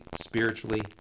spiritually